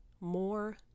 more